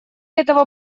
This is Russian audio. этого